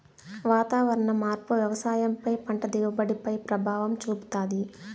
వాతావరణ మార్పు వ్యవసాయం పై పంట దిగుబడి పై ప్రభావం చూపుతాది